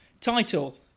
title